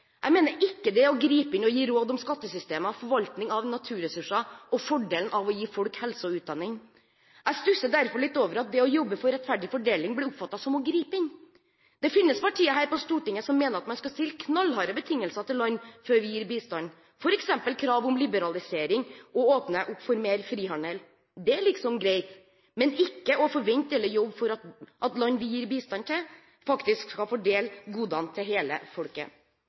Jeg mener ikke det er å gripe inn å gi råd om skattesystemer, forvaltning av naturressurser og fordelen av å gi folk helse og utdanning. Jeg stusser derfor litt over at det å jobbe for rettferdig fordeling blir oppfattet som å gripe inn. Det finnes partier her på Stortinget som mener at man skal stille knallharde betingelser til land før vi gir bistand, f.eks. krav om liberalisering og å åpne opp for mer frihandel. Det er liksom greit – men ikke å forvente eller jobbe for at land vi gir bistand til, faktisk skal fordele godene til hele folket.